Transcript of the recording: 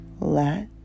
Let